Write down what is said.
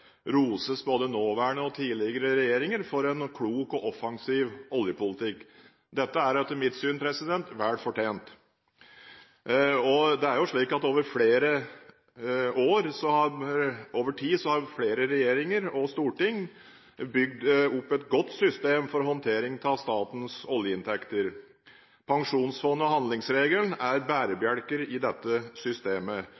roses både nåværende og tidligere regjeringer for en klok og offensiv oljepolitikk. Dette er etter mitt syn vel fortjent. Over tid har flere regjeringer og storting bygd opp et godt system for håndtering av statens oljeinntekter. Pensjonsfondet og handlingsregelen er